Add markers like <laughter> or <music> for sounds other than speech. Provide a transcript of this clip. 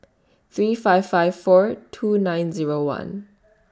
<noise> three five five four two nine Zero one